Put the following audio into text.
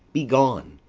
be gone.